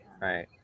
right